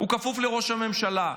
הוא כפוף לראש הממשלה.